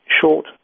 short